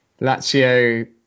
Lazio